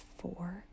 four